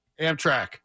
Amtrak